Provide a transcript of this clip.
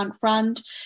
front